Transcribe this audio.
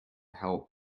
help